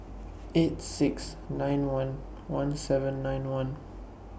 eight six nine one one seven nine one